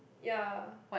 yeah